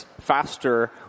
faster